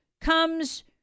comes